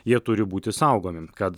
jie turi būti saugomi kad